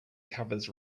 covers